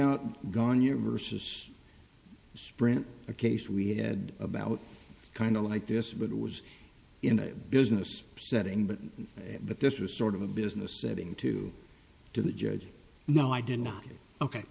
out going your versus sprint a case we had about kind of like this but it was in a business setting but that this was sort of a business setting to to the judge no i did not ok